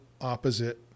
opposite